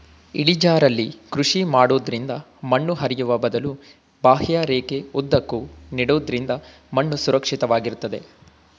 ಇಳಿಜಾರಲ್ಲಿ ಕೃಷಿ ಮಾಡೋದ್ರಿಂದ ಮಣ್ಣು ಹರಿಯುವ ಬದಲು ಬಾಹ್ಯರೇಖೆ ಉದ್ದಕ್ಕೂ ನೆಡೋದ್ರಿಂದ ಮಣ್ಣು ಸುರಕ್ಷಿತ ವಾಗಿರ್ತದೆ